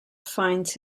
finds